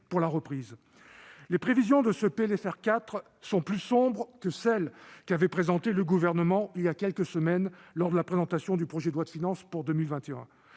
pour la reprise. Les prévisions de ce PLFR 4 sont plus sombres que celles que le Gouvernement avait communiquées il y a quelques semaines, lors de la présentation du projet de loi de finances pour 2021,